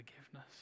forgiveness